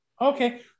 Okay